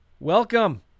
Welcome